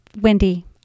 Wendy